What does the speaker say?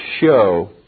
show